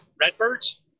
Redbirds